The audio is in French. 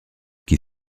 qui